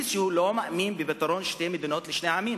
שהוא לא מאמין בפתרון שתי מדינות לשני עמים,